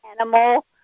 animal